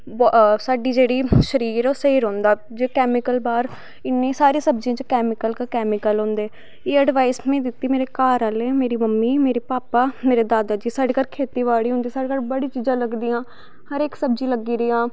साढ़ा जेह्ड़ा शरीर ओह् स्हेई रौंह्दा जे कैमिकल बाह्र इन्नी सारी सब्जियें च कैमिकल गै कैमिकल होंदे एह् अड़वाईस दित्ती घर आह्लें मेरी मम्मी मेरे भापा मेरे दादा जी साढ़े घर खेत्ती बाड़ी होंदी साढ़े घर बड़ी चीज़ां लगदियां हर इक सब्जी लग्गी दियां